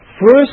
First